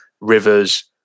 Rivers